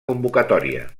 convocatòria